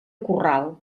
corral